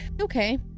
Okay